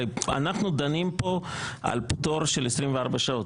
הרי אנחנו דנים פה על פטור של 24 שעות.